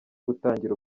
gutangira